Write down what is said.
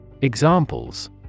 Examples